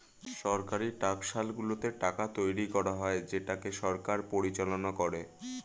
সরকারি টাকশালগুলোতে টাকা তৈরী করা হয় যেটাকে সরকার পরিচালনা করে